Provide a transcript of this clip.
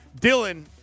Dylan